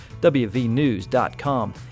WVNews.com